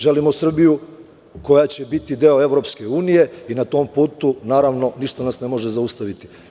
Želimo Srbiju koja će biti deo EU i na tom putu, naravno, ništa nas ne može zaustaviti.